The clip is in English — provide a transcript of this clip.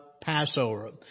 Passover